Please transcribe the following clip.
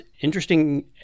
interesting